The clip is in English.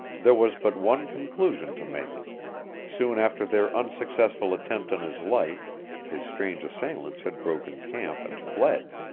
there was but one conclusion to make soon after their unsuccessful attempt on his life his strange assailants had broken camp and fled.